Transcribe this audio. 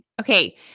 Okay